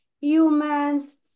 humans